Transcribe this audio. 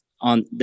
on